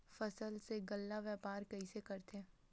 फसल के गल्ला व्यापार कइसे करथे?